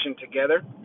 together